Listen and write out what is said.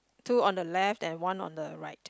two on the left and one on the right